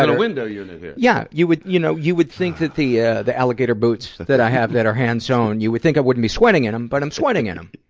window unit here. yeah. you would you know you would think that the yeah the alligator boots that that i have that are hand-sewn, you would think i wouldn't be sweating in em, but i'm sweating in em.